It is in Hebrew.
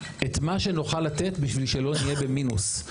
את מה שנוכל לתת בשביל שלא נהיה במינוס.